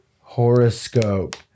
horoscope